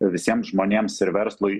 visiem žmonėms ir verslui